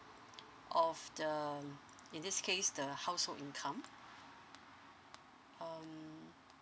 of the um in this case the household income um